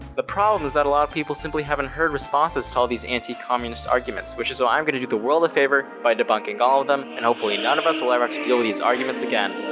the problem is that a lot of people simply haven't heard responses to all these anti-communist arguments, which is why i'm going to do the world a favor by debunking all of them and hopefully none of us will ever have to deal with these arguments again.